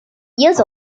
ears